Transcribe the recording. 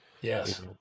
Yes